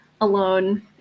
alone